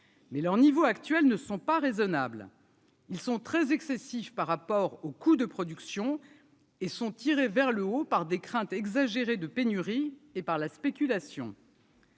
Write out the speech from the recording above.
Mais leur niveau actuel ne sont pas raisonnables, ils sont très excessif par rapport au coût de production et sont tirés vers le haut par des craintes exagérées de pénurie et par la spéculation.